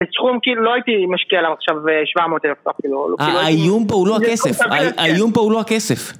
בתחום כאילו לא הייתי משקיע עליו עכשיו שבע מאות אלף, סתם כאילו... האיום פה הוא לא הכסף, האיום פה הוא לא הכסף.